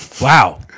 Wow